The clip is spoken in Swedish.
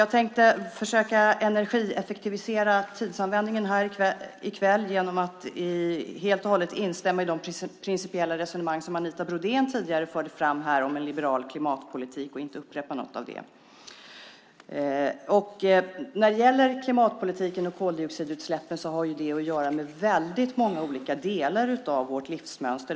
Jag tänkte försöka energieffektivisera tidsanvändningen här i kväll genom att helt och hållet instämma i de principiella resonemang som Anita Brodén tidigare förde fram om en liberal klimatpolitik och inte upprepa något av det. Klimatpolitiken och koldioxidutsläppen har att göra med väldigt många olika delar av vårt livsmönster.